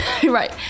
right